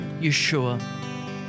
Yeshua